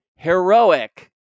Heroic